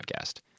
podcast